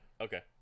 Okay